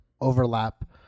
overlap